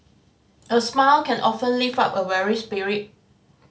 a smile can often lift up a weary spirit